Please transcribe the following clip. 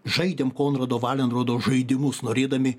žaidėm konrado valenrodo žaidimus norėdami